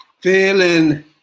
Feeling